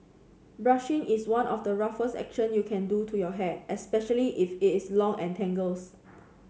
brushing is one of the roughest action you can do to your hair especially if it is long and tangles